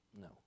No